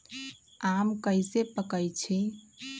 आम कईसे पकईछी?